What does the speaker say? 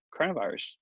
coronavirus